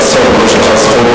חבר הכנסת חסון,